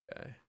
Okay